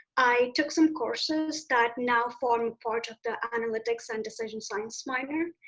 i took some courses that now form part of the analytics and decision science minor.